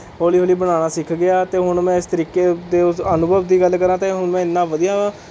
ਹੌਲੀ ਹੌਲੀ ਬਣਾਉਣਾ ਸਿੱਖ ਗਿਆ ਅਤੇ ਹੁਣ ਮੈਂ ਇਸ ਤਰੀਕੇ ਦੇ ਉਸ ਅਨੁਭਵ ਦੀ ਗੱਲ ਕਰਾਂ ਅਤੇ ਹੁਣ ਮੈਂ ਇੰਨਾਂ ਵਧੀਆ